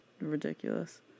Ridiculous